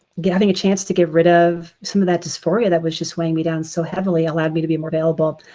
having a chance to get rid of some of that dysphoria that was just weighing me down so heavily allowed me to be more available.